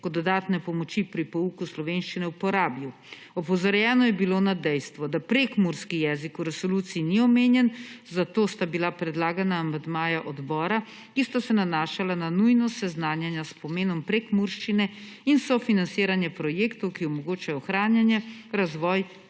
kot dodatne pomoči pri pouku slovenščine v Porabju. Opozorjeno je bilo na dejstvo, da prekmurski jezik v resoluciji ni omenjen, zato sta bila predlagana amandmaja odbora, ki sta se nanašala na nujnost seznanja s pomenom prekmurščine in sofinanciranje projektov, ki omogočajo ohranjanje razvoj